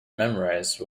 memorize